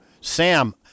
Sam